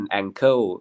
ankle